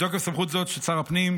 מתוקף סמכות זאת של שר הפנים,